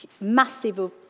massive